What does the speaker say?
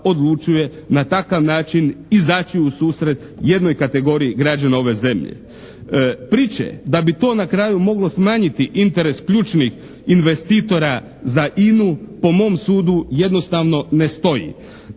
odlučuje na takav način izaći u susret jednoj kategoriji građana ove zemlje. Priče da bi to na kraju moglo smanjiti interes ključnih investitora za INA-u po mom sudu jednostavno ne stoji.